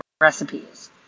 recipes